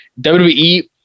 WWE